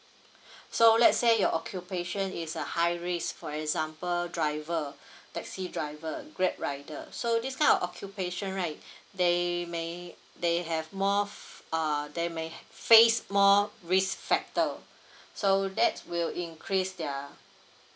so let's say your occupation is a high risk for example driver taxi driver grab rider so this kind of occupation right they may they have more f~ err they may face more risk factor so that's will increase their